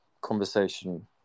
conversation